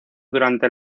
durante